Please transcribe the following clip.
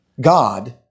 God